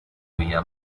vía